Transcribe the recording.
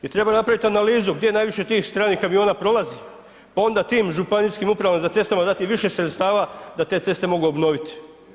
I treba napraviti analizu gdje najviše tih stranih kamiona prolazi pa onda tim županijskim upravama za ceste dati više sredstava da te ceste mogu obnoviti.